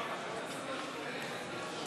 הצעת החוק לא